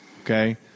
Okay